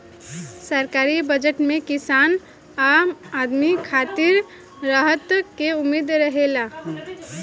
सरकारी बजट में किसान आ आम आदमी खातिर राहत के उम्मीद रहेला